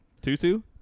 Two-two